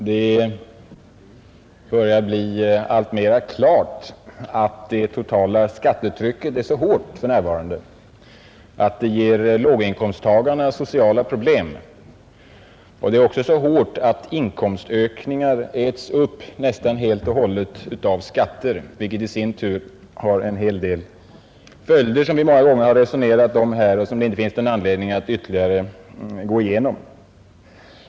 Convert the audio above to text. Herr talman! Det börjar bli alltmera klart att det totala skattetrycket är så hårt att det ger låginkomsttagarna sociala problem. Det är också så hårt att inkomstökningar äts upp nästan helt och hållet av skatter, vilket i sin tur har följder som vi många gånger har resonerat om och som det inte finns någon anledning att ytterligare gå igenom.